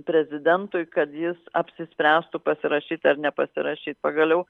prezidentui kad jis apsispręstų pasirašyti ar nepasirašyt pagaliau